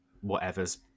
whatever's